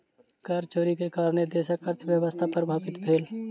कर चोरी के कारणेँ देशक अर्थव्यवस्था प्रभावित भेल